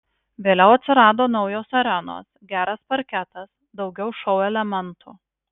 vėliau atsirado naujos arenos geras parketas daugiau šou elementų